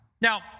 Now